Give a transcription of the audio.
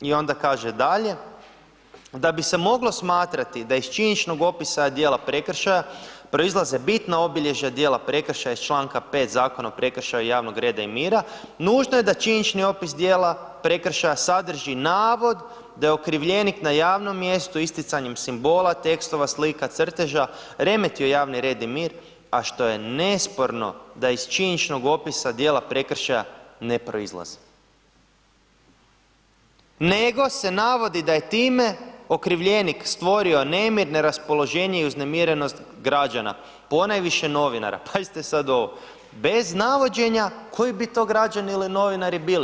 I onda kaže dalje, da bi se moglo smatrati da iz činjeničnog opisa djela prekršaja proizlaze bitna obilježja djela prekršaja iz čl. 5. Zakona o prekršaju javnog reda i mira, nužno je da činjenični opis djela prekršaja sadrži navod da je okrivljenik na javnom mjestu isticanjem simbola, tekstova, slika, crteža, remetio javni red i mir, a što je nesporno da iz činjeničnog opisa djela prekršaja ne proizlazi, nego se navodi da je time okrivljenik stvorio nemir, neraspoloženje i uznemirenost građana, pojaviše novinara, pazite sad ovo, bez navođenja koji bi to građani ili novinari bili.